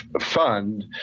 fund